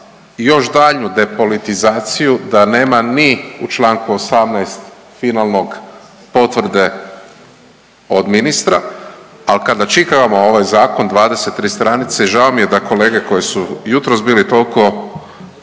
još daljnju depolitizaciju da nema ni u čl. 18 finalnog potvrde od ministra, ali kada čitamo ovaj Zakon, 23 stranice, žao mi je da kolege koji su jutros bili toliko